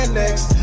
next